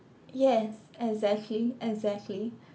yes exactly exactly